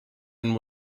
and